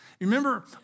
Remember